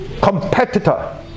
competitor